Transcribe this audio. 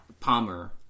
Palmer